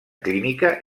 clínica